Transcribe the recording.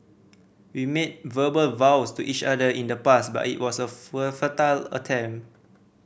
we made verbal vows to each other in the past but it was a attempt